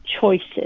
choices